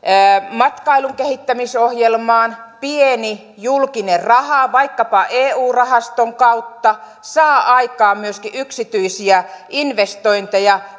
matkailun kehittämisohjelmaan pieni julkinen raha vaikkapa eu rahaston kautta saa aikaan myöskin yksityisiä investointeja